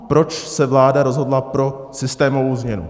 Proč se vláda rozhodla pro systémovou změnu?